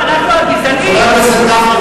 לא, אנחנו הגזענים.